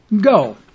Go